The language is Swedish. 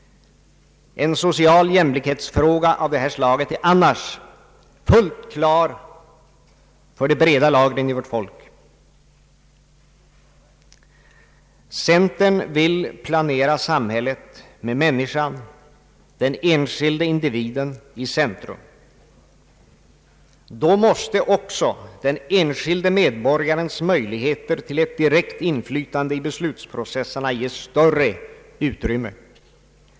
En social jämlikhetsfråga av detta slag är annars fullt klar för de breda lagren i vårt folk. Centern vill planera samhället med människan — den enskilda individen — i centrum. Då måste också den enskilde medborgarens möjligheter till ett direkt inflytande i beslutsprocesserna ges större uirymme.